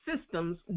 systems